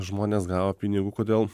žmonės gavo pinigų kodėl